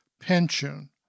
pension